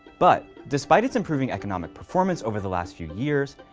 but despite its improving economic performance over the last few years,